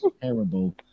terrible